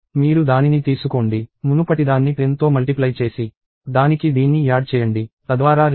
మీరు దానిని తీసుకోండి మునుపటిదాన్ని 10తో మల్టిప్లై చేసి దానికి దీన్ని యాడ్ చేయండి తద్వారా రిజల్ట్ 2 వస్తుంది